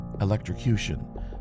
electrocution